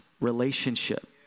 relationship